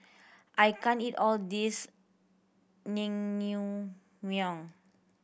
I can't eat all this Naengmyeon